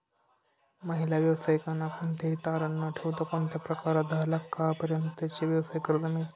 महिला व्यावसायिकांना कोणतेही तारण न ठेवता कोणत्या प्रकारात दहा लाख रुपयांपर्यंतचे व्यवसाय कर्ज मिळतो?